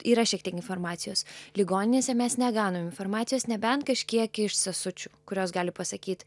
yra šiek tiek informacijos ligoninėse mes negaunam informacijos nebent kažkiek iš sesučių kurios gali pasakyti